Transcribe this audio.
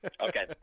Okay